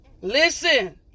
Listen